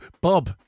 Bob